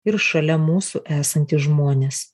ir šalia mūsų esantys žmonės